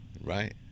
Right